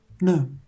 no